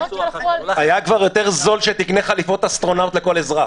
היה כבר יותר זול שתקנה חליפות אסטרונאוט לכל אזרח.